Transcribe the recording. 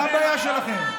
מה הבעיה שלכם?